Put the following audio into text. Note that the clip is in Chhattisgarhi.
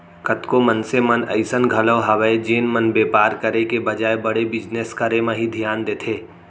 कतको मनसे मन अइसन घलौ हवय जेन मन बेपार करे के बजाय बड़े बिजनेस करे म ही धियान देथे